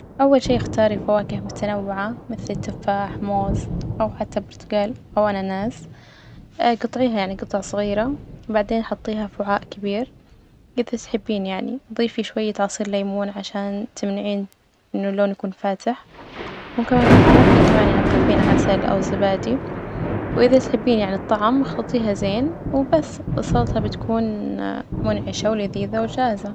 أول شي إختاري فواكه متنوعة مثل التفاح، موز أو حتى برتجال أو أناناس جطعيها يعني جطع صغيرة، بعدين حطيها في وعاء كبير، إذا تحبين يعني ضيفي شوية عصير ليمون عشان تمنعين إنه اللون يكون فاتح، وكمان- ممكن كمان تضيفين عسل أو زبادي، وإذا تحبين يعني الطعم إخلطيها زين، وبس السلطة بتكون منعشة ولذيذة وجاهزة.